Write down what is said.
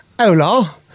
Hola